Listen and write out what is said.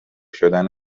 شدن